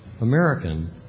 American